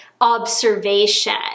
observation